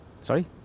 Sorry